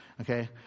Okay